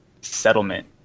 settlement